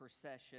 procession